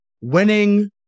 Winning